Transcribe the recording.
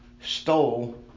stole